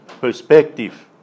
perspective